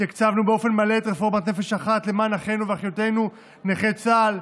תקצבנו באופן מלא את רפורמת נפש אחת למען אחינו ואחיותינו נכי צה"ל,